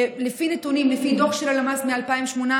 לפי נתונים, לפי דוח של הלמ"ס מ-2018,